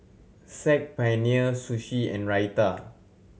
Saag Paneer Sushi and Raita